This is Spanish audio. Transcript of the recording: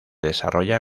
desarrolla